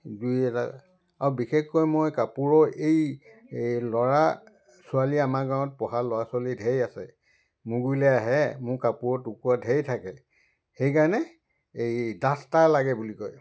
দুই হেজাৰ আৰু বিশেষকৈ মই কাপোৰৰ এই ল'ৰা ছোৱালী আমাৰ গাঁৱত পঢ়া ল'ৰা ছোৱালী ঢেৰ আছে মোৰ গুৰিলে আহে মোৰ কাপোৰত টুকুৰা ঢেৰ থাকে সেইকাৰণে এই দাস্তাৰ লাগে বুলি কয়